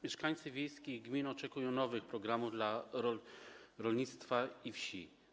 Mieszkańcy wiejskich gmin oczekują nowych programów dla rolnictwa i wsi.